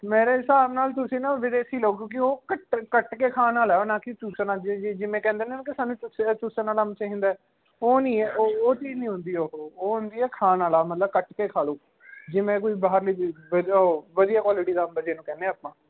ਮੇਰੇ ਹਿਸਾਬ ਨਾਲ ਤੁਸੀਂ ਨਾ ਵਿਦੇਸ਼ੀ ਲਓ ਕਿਉਂਕਿ ਉਹ ਕਟ ਕੱਟ ਕੇ ਖਾਣ ਵਾਲਾ ਨਾ ਕਿ ਚੂਸਣ ਲੱਗ ਜਾਈਏ ਜਿਵੇਂ ਕਹਿੰਦੇ ਨੇ ਨਾ ਸਾਨੂੰ ਚੂਸੇ ਚੂਸਣ ਵਾਲਾ ਅੰਬ ਚਾਹੀਦਾ ਉਹ ਨਹੀਂ ਹੈ ਉਹ ਚੀਜ਼ ਨਹੀਂ ਹੁੰਦੀ ਉਹ ਉਹ ਹੁੰਦੀ ਹੈ ਖਾਣ ਵਾਲਾ ਮਤਲਬ ਕੱਟ ਕੇ ਖਾ ਲਓ ਜਿਵੇਂ ਕੋਈ ਬਾਹਰਲੀ ਵਧੀਆ ਕੁਆਲਟੀ ਦਾ ਅੰਬ ਜਿਹਨੂੰ ਕਹਿੰਦੇ ਆ ਆਪਾਂ